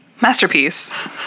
masterpiece